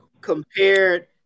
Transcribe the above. compared